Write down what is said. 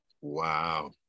wow